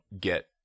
get